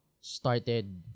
started